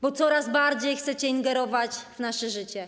Bo coraz bardziej chcecie ingerować w nasze życie.